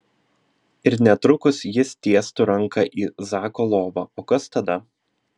ir netrukus jis tiestų ranką į zako lovą o kas tada